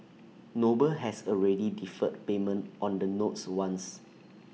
noble has already deferred payment on the notes once